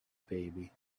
baby